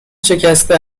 شکسته